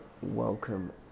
welcome